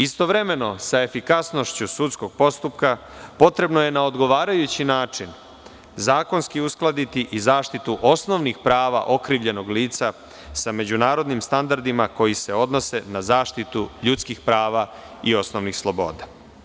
Istovremeno sa efikasnošću sudskog postupka, potrebno je na odgovarajući način zakonski uskladiti i zaštitu osnovnih prava okrivljenog lica sa međunarodnim standardima koji se odnose na zaštitu ljudskih prava i osnovnih sloboda.